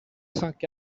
cinq